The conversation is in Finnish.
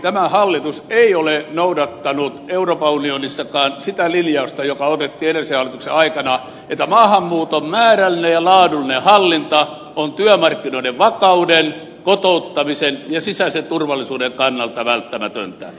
tämä hallitus ei ole noudattanut euroopan unionissakaan sitä linjausta joka otettiin edellisen hallituksen aikana että maahanmuuton määrällinen ja laadullinen hallinta on työmarkkinoiden vakauden kotouttamisen ja sisäisen turvallisuuden kannalta välttämätöntä